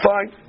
Fine